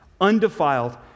undefiled